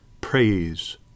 Praise